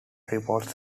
reports